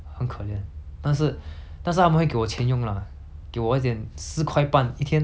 给我一点四块半一天 if I'm not wrong 四块半 for one school day